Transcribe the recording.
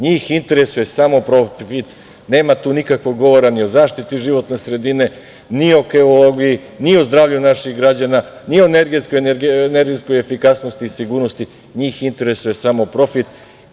Njih interesuje samo profit, nema tu nikakvog govora ni o zaštiti životne sredine, ni o ekologiji, ni o zdravlju naših građana, ni o energetskoj efikasnosti i sigurnosti, njih interesuje samo profit.